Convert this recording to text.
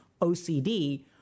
OCD